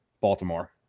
Baltimore